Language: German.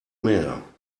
mehr